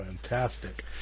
Fantastic